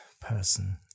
person